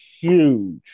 huge